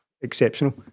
exceptional